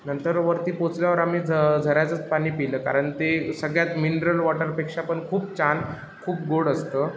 नंतर वरती पोहोचल्यावर आम्ही झ झऱ्याचंच पाणी पिलं कारण ते सगळ्यात मिनरल वॉटरपेक्षा पण खूप छान खूप गोड असतं